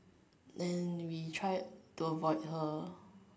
then we tried to avoid her